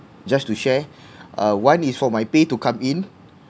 just to share uh one is for my pay to come in